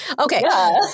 okay